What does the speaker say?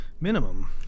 minimum